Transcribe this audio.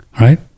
right